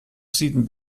sieden